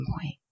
point